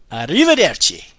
Arrivederci